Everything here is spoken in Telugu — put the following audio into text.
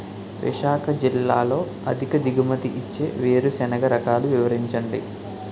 విశాఖ జిల్లాలో అధిక దిగుమతి ఇచ్చే వేరుసెనగ రకాలు వివరించండి?